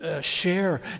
share